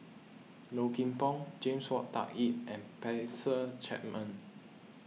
Low Kim Pong James Wong Tuck Yim and Spencer Chapman